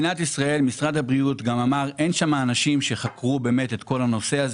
משרד הבריאות גם אמר שאין אצלו אנשים שחקרו את כל הנושא,